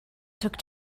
took